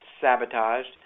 sabotaged